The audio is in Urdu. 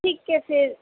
ٹھیک ہے پھر